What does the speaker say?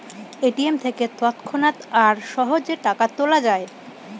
ATM থেকে তৎক্ষণাৎ আর সহজে টাকা তোলা যায়